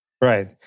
Right